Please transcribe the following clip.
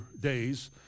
days